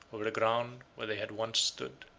over the ground where they had once stood.